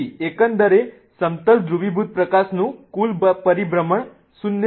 તેથી એકંદરે સમતલ ધ્રુવીકૃત પ્રકાશનું કુલ પરિભ્રમણ 0 હશે